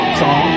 song